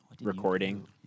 recording